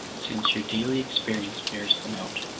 since your daily experience bears them out.